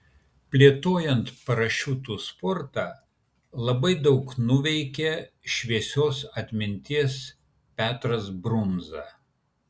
plėtojant parašiutų sportą labai daug nuveikė šviesios atminties petras brundza